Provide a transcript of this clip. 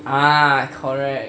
ah correct